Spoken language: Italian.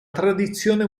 tradizione